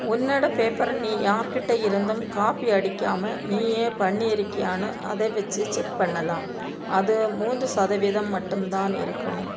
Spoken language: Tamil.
உன்னோடய பேப்பரை நீ யார் கிட்ட இருந்தும் காப்பி அடிக்காமல் நீயே பண்ணியிருக்கியான்னு அதை வச்சு செக் பண்ணலாம் அது மூன்று சதவீதம் மட்டும் தான் இருக்கணும்